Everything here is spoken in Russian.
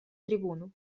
трибуну